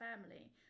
family